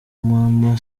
mama